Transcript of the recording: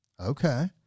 Okay